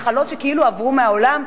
מחלות שכאילו עברו מן העולם,